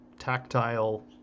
tactile